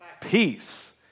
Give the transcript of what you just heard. peace